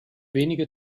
wenige